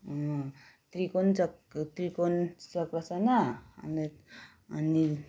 त्रिकोण चक् त्रिकोण चक्रासन अनि अनि